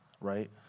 Right